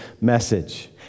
message